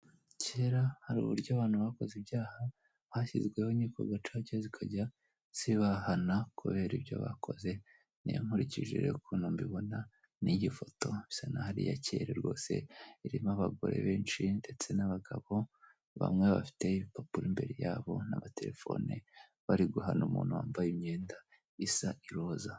Cyera hari uburyo abantu bakoze ibyaha, hashyizweho inkiko gacaca zikajya zibahana kubera ibyo bakoze. Iyo nkurikije rero ukuntu mbibona, niyi foto isa nkaho ar'iya cyera rwose. Irimo abagore benshi ndetse n'abagabo bamwe bafite ibipapuro imbere yabo, bari guhana umuntu wambaye imyenda y'iroza.